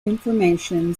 information